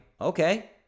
okay